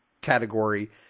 category